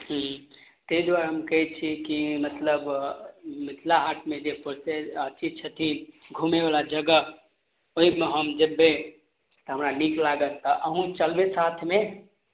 हूँ तै दुआरे हम कहय छी कि मतलब मिथिला हाटमे जे प्रसिद्ध अथी छथिन घुमयवला जगह ओइमे हम जेबय तऽ हमरा नीक लागत तऽ अहूँ चलबय साथमे